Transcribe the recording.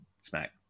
smack